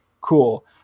cool